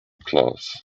class